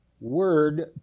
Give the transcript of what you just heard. word